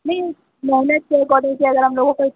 नहीं मेहनत के एकोर्डिंग कि अगर हम लोगों को